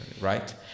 right